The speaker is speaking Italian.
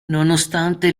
nonostante